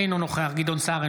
אינו נוכח גדעון סער,